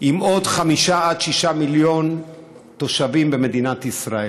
עם עוד חמישה-שישה מיליון תושבים במדינת ישראל.